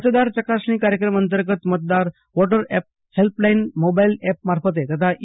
મતદાર ચકાસણી કાર્યક્રમ અંતર્ગત મતદાર વોટર હેલ્પલાઇન મોબાઇલ એપ મારફતે તથા ઇ